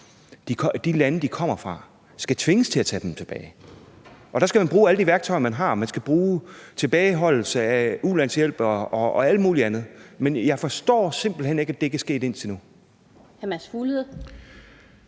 de lande, de kommer fra, skal tvinges til at tage dem tilbage, og der skal man bruge alle de værktøjer, man har: Man skal bruge tilbageholdelse af ulandshjælp og alt muligt andet. Jeg forstår simpelt hen ikke, at det ikke er sket indtil nu.